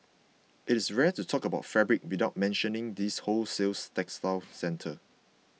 it is rare to talk about fabrics without mentioning this wholesale textile centre